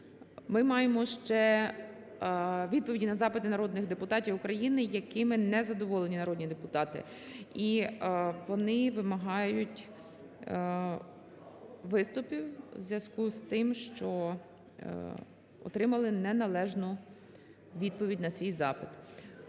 Ми маємо ще відповіді на запити народних депутатів України, якими не задоволені народні депутати. І вони вимагають виступів у зв'язку з тим, що отримали неналежну відповідь на свій запит.